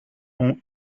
ont